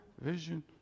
vision